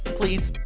please?